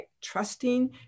trusting